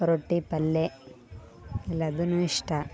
ರೊಟ್ಟಿ ಪಲ್ಯೆ ಎಲ್ಲದನ್ನು ಇಷ್ಟ